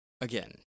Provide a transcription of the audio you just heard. again